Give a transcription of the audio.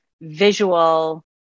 visual